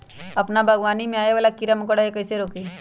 अपना बागवानी में आबे वाला किरा मकोरा के कईसे रोकी?